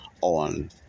on